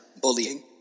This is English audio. bullying